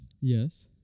Yes